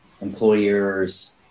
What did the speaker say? employers